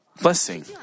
blessing